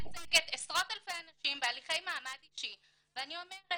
כמייצגת עשרות אלפי אנשים בהליכי מעמד אישי ואני אומרת,